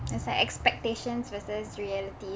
it's like expectations versus reality